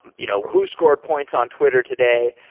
you know who scored points on twitter today.